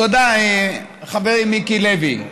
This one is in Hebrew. תודה, חברי מיקי לוי.